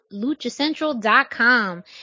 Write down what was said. LuchaCentral.com